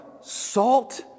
salt